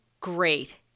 great